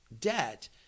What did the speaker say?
debt